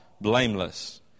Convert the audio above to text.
blameless